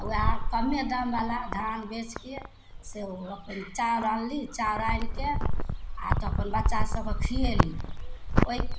तऽ वएह कम्मे दामवला धान बेचिके से वएह चाउर आनली चाउर आनिके आओर तखन बच्चासभकेँ खिएली ओहिके